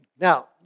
Now